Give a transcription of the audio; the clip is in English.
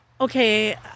Okay